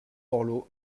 borloo